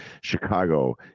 chicago